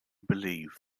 believe